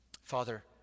Father